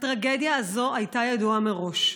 הטרגדיה הזו הייתה ידועה מראש,